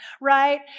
right